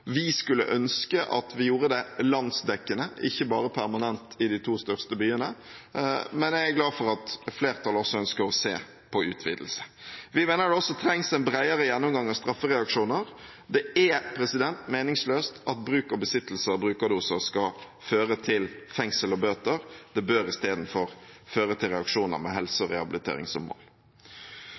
Vi skulle ønske at vi gjorde det landsdekkende og ikke bare permanent i de to største byene, men jeg er glad for at flertallet også ønsker å se på en utvidelse. Vi mener det også trengs en bredere gjennomgang av straffereaksjoner. Det er meningsløst at bruk og besittelse av brukerdoser skal føre til fengsel og bøter. Det bør istedenfor føre til reaksjoner som har bedre helse